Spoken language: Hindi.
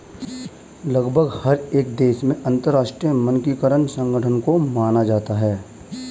लगभग हर एक देश में अंतरराष्ट्रीय मानकीकरण संगठन को माना जाता है